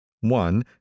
One